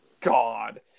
God